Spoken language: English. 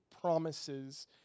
promises